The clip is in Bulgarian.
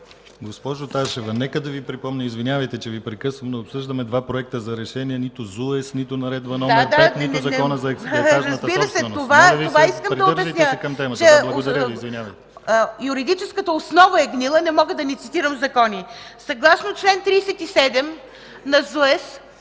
Госпожо Ташева, нека да Ви припомня, извинявайте че Ви прекъсвам, но обсъждаме два проекта за решение, нито ЗУЕС, нито Наредба № 5, нито Закона за етажната собственост. Моля Ви, придържайте се към темата. Благодаря Ви. Извинявайте.